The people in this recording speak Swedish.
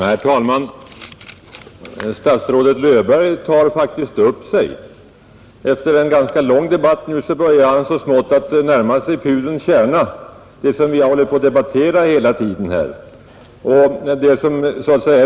Herr talman! Statsrådet Löfberg tar faktiskt upp sig. Efter en ganska lång debatt börjar han så smått att närma sig pudelns kärna, det som vi har hållit på att debattera hela tiden här.